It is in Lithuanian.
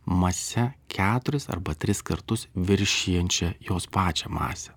mase keturis arba tris kartus viršijančią jos pačią masę